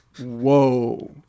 whoa